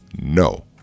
No